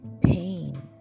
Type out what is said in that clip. pain